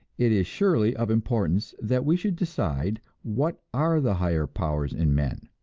it is surely of importance that we should decide what are the higher powers in men,